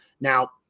Now